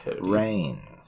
rain